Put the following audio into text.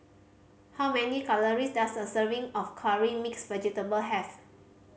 how many calories does a serving of Curry Mixed Vegetable have